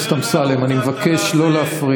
חבר הכנסת אמסלם, אני מבקש לא להפריע.